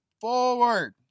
forward